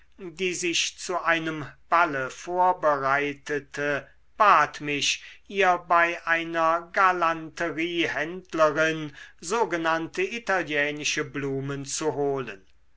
die sich zu einem balle vorbereitete bat mich ihr bei einer galanteriehändlerin sogenannte italienische blumen zu holen